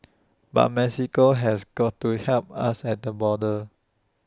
but Mexico has got to help us at the border